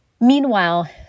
Meanwhile